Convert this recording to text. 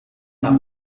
nach